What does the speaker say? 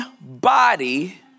body